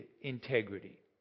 integrity